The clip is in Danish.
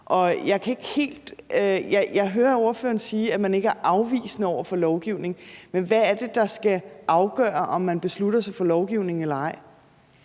Jeg hører ordføreren sige, at man ikke er afvisende over for lovgivning, men hvad er det, der skal afgøre, om man beslutter sig for lovgivning eller ej?